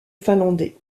finlandais